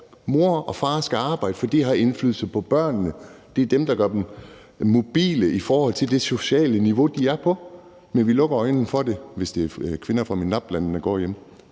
Mor og far skal arbejde, for det har indflydelse på børnene. Det er det, der gør dem mobile i forhold til det sociale niveau, de er på. Men vi lukker øjnene for det, hvis det er kvinder fra MENAPT-landene, der går hjemme.